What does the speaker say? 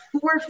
four